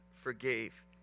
forgave